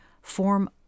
form